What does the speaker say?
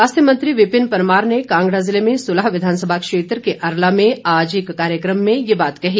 स्वास्थ्य मंत्री विपिन परमार ने कांगड़ा जिले में सुलह विधानसभा क्षेत्र के अरला में आज एक कार्यकम में ये बात कही